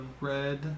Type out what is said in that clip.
red